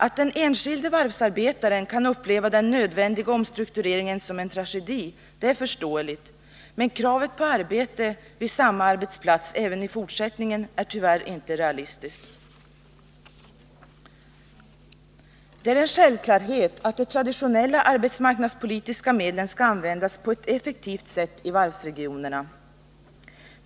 Att den enskilde varvsarbetaren kan uppleva den nödvändiga omstruktureringen som en tragedi är förståeligt, men kravet på arbete vid samma arbetsplats även i fortsättningen är tyvärr inte realistiskt. Det är en självklarhet att de traditionella arbetsmarknadspolitiska medlen skall användas på ett effektivt sätt i varvsregionerna.